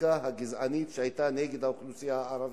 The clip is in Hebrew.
החקיקה הגזענית שהיתה נגד האוכלוסייה הערבית.